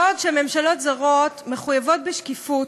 בעוד ממשלות זרות מחויבות בשקיפות,